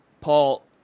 Paul